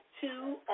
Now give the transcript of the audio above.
two